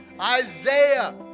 Isaiah